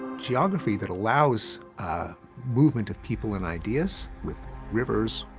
geography that allows a movement of people and ideas with rivers,